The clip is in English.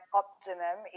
optimum